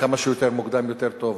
וכמה שיותר מוקדם יותר טוב,